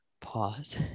pause